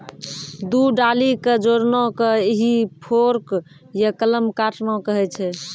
दू डाली कॅ जोड़ना कॅ ही फोर्क या कलम काटना कहै छ